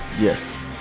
Yes